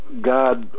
God